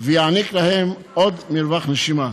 ויעניק להם עוד מרווח נשימה.